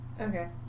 Okay